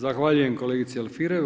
Zahvaljujem kolegici Alfirev.